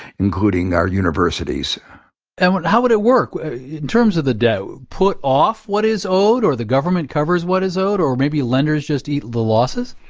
including our universities and how would it work in terms of the debt? put off what is owed, or the government covers what is owed, or maybe lenders just eat the losses?